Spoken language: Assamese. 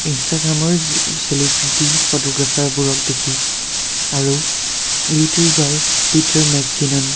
ইনষ্টাগ্ৰামৰ চেলিব্ৰিটি ফটোগ্ৰাফাৰবোৰক দেখি আৰু ইউটিউবাৰ পিটাৰ মেককিনন